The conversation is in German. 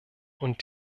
und